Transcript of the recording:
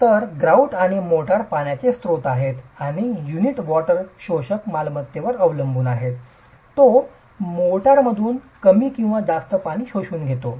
तर ग्रॉउट आणि मोर्टार पाण्याचे स्त्रोत आहेत आणि युनिटच्या वॉटर शोषक मालमत्तेवर अवलंबून तो मोर्टारमधून कमी किंवा जास्त पाणी शोषून घेतो